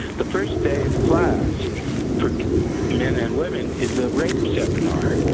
the first day of class for men and women is a rape seminar,